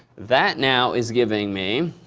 that now is giving me